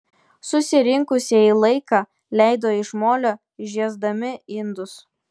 susirinkusieji laiką leido iš molio žiesdami indus